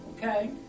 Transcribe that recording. Okay